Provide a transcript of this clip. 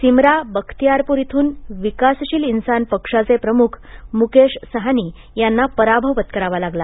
सिमरा बख्तियारपुर इथून विकासशील इंसान पक्षाचे प्रमुख मुकेश साहनी यांना पराभव पत्करावा लागला